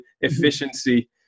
efficiency